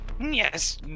Yes